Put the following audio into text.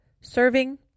serving